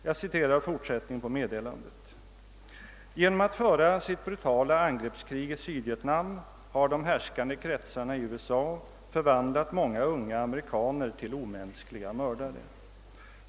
Jag citerar: »Genom att föra sitt brutala angreppskrig i Sydvietnam har de härskande kretsarna i USA förvandlat många unga amerikaner till omänskliga mördare.